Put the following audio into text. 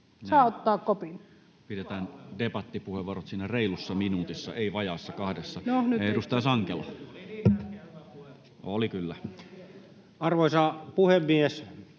Content: Näin. — Pidetään debattipuheenvuorot siinä reilussa minuutissa, ei vajaassa kahdessa. — Edustaja Sankelo. [Tuomas